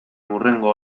hurrengo